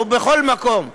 ובכל מקום בעצם: